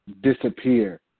disappear